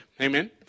Amen